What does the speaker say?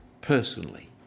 personally